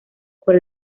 por